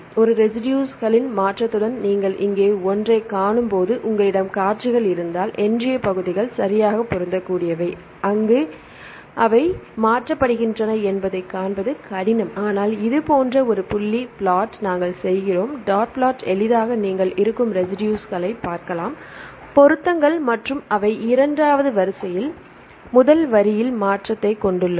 ஒரு ரெசிடுஸ்களின் மாற்றத்துடன் நீங்கள் இங்கே ஒன்றைக்காணும் போது உங்களிடம் காட்சிகள் இருந்தால் எஞ்சிய பகுதிகள் சரியாக பொருந்தக்கூடியவை அவை எங்கு மாற்றப்படுகின்றன என்பதைக் காண்பது கடினம் ஆனால் இது போன்ற ஒரு புள்ளி பிளாட்டை நாங்கள் செய்கிறோம் டாட் பிளாட் எளிதாக நீங்கள் இருக்கும் ரெசிடுஸ்களை நீங்கள் பார்க்கலாம் பொருத்தங்கள் மற்றும் அவை இரண்டாவது வரிசையில் முதல் வரிசையில் மாற்றத்தைக் கொண்டுள்ளன